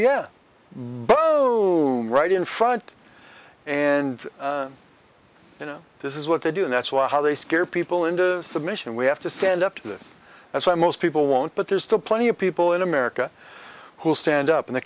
boeing right in front and you know this is what they do and that's why how they scare people into submission we have to stand up to this that's why most people won't but there's still plenty of people in america who stand up in the